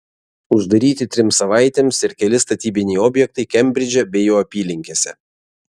uždaryti trims savaitėms ir keli statybiniai objektai kembridže bei jo apylinkėse